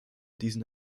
diesen